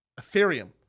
Ethereum